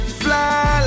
fly